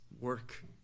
work